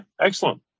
excellent